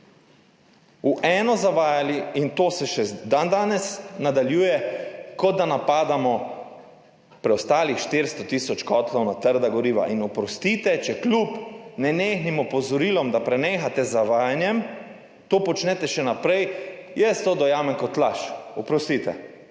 v eno zavajali, in to se še dandanes nadaljuje, kot da napadamo preostalih 400 tisoč kotlov na trda goriva. Oprostite, če kljub nenehnim opozorilom, da prenehate z zavajanjem, to počnete še naprej, jaz to dojamem kot laž, oprostite,